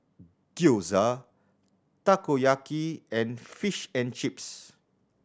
Gyoza Takoyaki and Fish and Chips